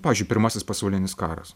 pavyzdžiui pirmasis pasaulinis karas